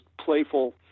playful